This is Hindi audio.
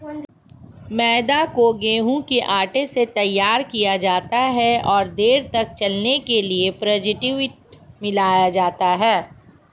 मैदा को गेंहूँ के आटे से तैयार किया जाता है और देर तक चलने के लिए प्रीजर्वेटिव मिलाया जाता है